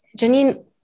Janine